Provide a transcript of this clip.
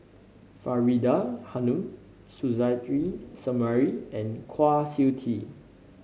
Faridah Hanum Suzairhe Sumari and Kwa Siew Tee